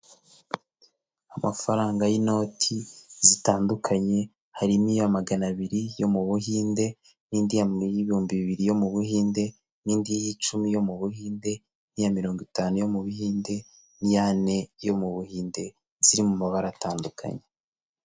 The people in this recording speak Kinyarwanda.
amafaranga y'inoti zitandukanye, harimo iya magana abiri yo mu Buhinde n'indi y'ibihumbi bibiri yo mu Buhinde n'indi y'icumi yo mu Buhinde n'iya mirongo itanu yo mu Buhinde ni yane yo mu Buhinde ziri mu mabara atandukanye.